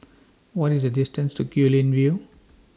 What IS The distance to Guilin View